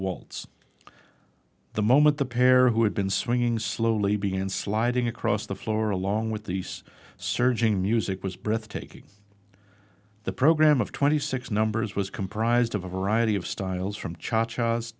waltz the moment the pair who had been swinging slowly began sliding across the floor along with these surging music was breathtaking the program of twenty six numbers was comprised of a variety of styles from ch